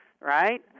right